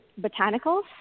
botanicals